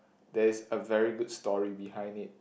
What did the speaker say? there is a very good story behind it